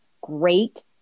great